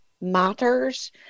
matters